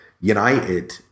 United